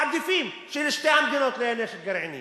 מעדיפים שלשתי המדינות לא יהיה נשק גרעיני